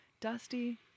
Dusty